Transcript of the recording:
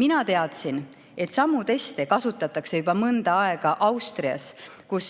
Mina teadsin, et samu teste on juba mõnda aega kasutatud Austrias, kus